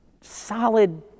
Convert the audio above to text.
solid